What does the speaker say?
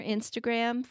Instagram